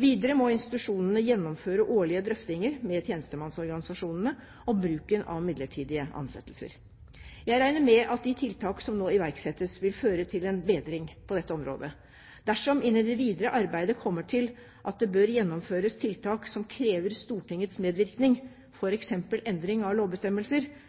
Videre må institusjonene gjennomføre årlige drøftinger med tjenestemannsorganisasjonene om bruken av midlertidige ansettelser. Jeg regner med at de tiltak som nå iverksettes, vil føre til en bedring på dette området. Dersom en i det videre arbeidet kommer til at det bør gjennomføres tiltak som krever Stortingets medvirkning, f.eks. endring av lovbestemmelser,